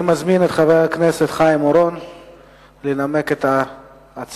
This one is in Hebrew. אני מזמין את חבר הכנסת חיים אורון לנמק את ההצעה.